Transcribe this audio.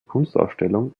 kunstausstellung